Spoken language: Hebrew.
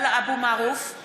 (קוראת בשמות חברי הכנסת) עבדאללה אבו מערוף,